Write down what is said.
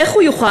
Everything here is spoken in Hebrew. איך הוא יוכל?